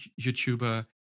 YouTuber